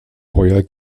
feuer